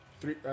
three